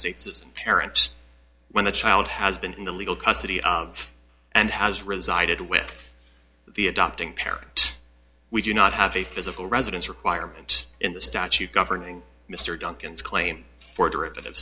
states parent when the child has been in the legal custody of and has resided with the adopting parent we do not have a physical residence requirement in the statute governing mr duncan's claim for derivative